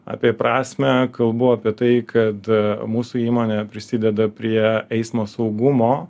apie prasmę kalbu apie tai kad mūsų įmonė prisideda prie eismo saugumo